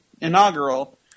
inaugural